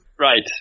Right